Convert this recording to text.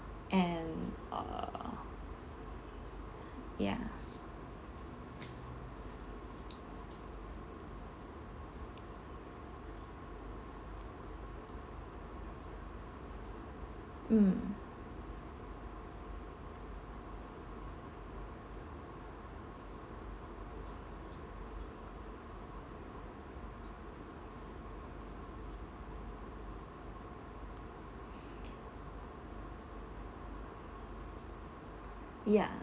and uh ya mm ya